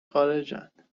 خارجن